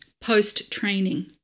Post-training